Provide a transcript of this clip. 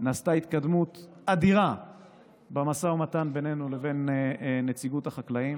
נעשתה התקדמות אדירה במשא ומתן בינינו לבין נציגות החקלאים,